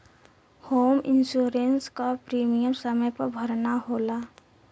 home insurance क premium समय पर भरना होला